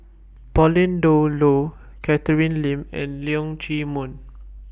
Pauline Dawn Loh Catherine Lim and Leong Chee Mun